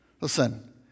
Listen